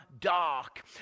dark